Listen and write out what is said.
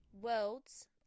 world's